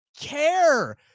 care